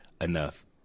enough